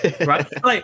right